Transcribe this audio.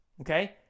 Okay